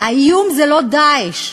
האיום זה לא "דאעש".